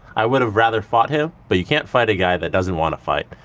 i would have rather fought him, but you can't fight a guy that doesn't want to fight.